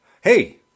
hey